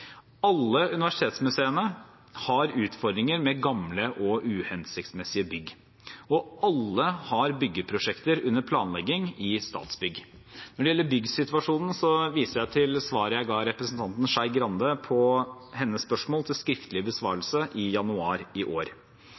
Alle universitetsmuseene har utfordringer med gamle og uhensiktsmessige bygg, og alle har byggeprosjekter under planlegging i Statsbygg. Når det gjelder byggsituasjonen, viser jeg til svaret jeg ga representanten Skei Grande på hennes spørsmål til skriftlig besvarelse i januar i år.